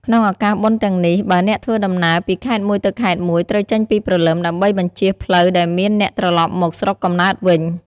ក្នុងឱកាសបុណ្យទាំងនេះ បើអ្នកធ្វើដំណើរពីខេត្តមួយទៅខេត្តមួយ ត្រូវចេញពីព្រលឹម ដើម្បីបញ្ចៀសផ្លូវដែលមានអ្នកត្រឡប់មកស្រុកកំណើតវិញ។